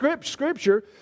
scripture